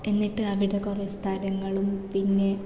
എന്നിട്ട് അവിടെ കൊറേ സ്ഥലങ്ങളും പിന്നെ